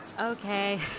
Okay